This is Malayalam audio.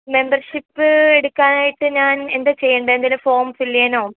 മെമ്പർഷിപ്പ് എടുക്കാനായിട്ട് ഞാൻ എന്താ ചെയ്യേണ്ടത് എന്തെങ്കിലും ഫോം ഫില്ല് ചെയ്യണോ